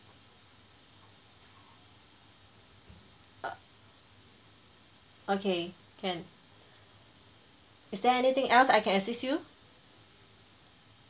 err okay can is there anything else I can assist you